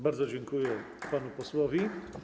Bardzo dziękuję panu posłowi.